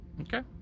Okay